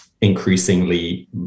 increasingly